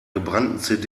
gebrannten